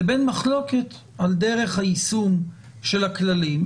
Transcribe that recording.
לבין מחלוקת על דרך היישום של הכללים.